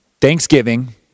Thanksgiving